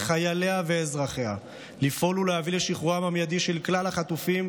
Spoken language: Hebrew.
חייליה ואזרחיה לפעול ולהביא לשחרורם המיידי של כלל החטופים,